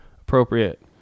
appropriate